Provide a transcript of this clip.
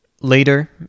Later